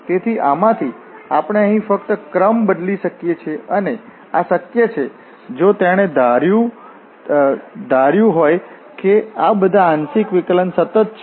તેથી આમાંથી આપણે અહીં ફક્ત ક્રમ બદલી શકીએ છીએ અને આ શક્ય છે જો તેણે ધાર્યું હોય કે આ બધા આંશિક વિકલન સતત છે